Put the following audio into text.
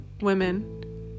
women